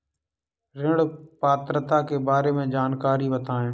ऋण पात्रता के बारे में जानकारी बताएँ?